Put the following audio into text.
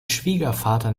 schwiegervater